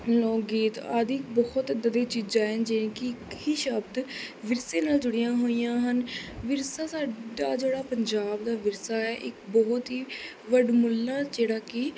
ਲੋਕ ਗੀਤ ਆਦਿ ਬਹੁਤ ਇੱਦਾਂ ਦੀਆਂ ਚੀਜ਼ਾਂ ਹੈ ਜਿਹੜੀ ਕੀ ਇੱਕ ਹੀ ਸ਼ਬਦ ਵਿਰਸੇ ਨਾਲ ਜੁੜੀਆਂ ਹੋਈਆਂ ਹਨ ਵਿਰਸਾ ਸਾਡਾ ਜਿਹੜਾ ਪੰਜਾਬ ਦਾ ਵਿਰਸਾ ਹੈ ਇੱਕ ਬਹੁਤ ਹੀ ਵੱਡਮੁੱਲਾ ਜਿਹੜਾ ਕਿ